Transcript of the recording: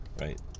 right